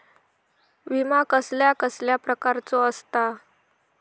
विमा कसल्या कसल्या प्रकारचो असता?